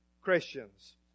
Christians